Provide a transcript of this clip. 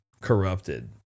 Corrupted